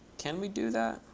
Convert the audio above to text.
can we do that?